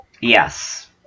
yes